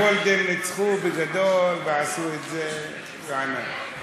הגולדן ניצחו בגדול ועשו את זה בענק.